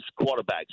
quarterbacks